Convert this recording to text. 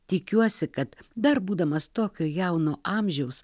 tikiuosi kad dar būdamas tokio jauno amžiaus